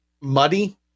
muddy